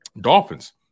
Dolphins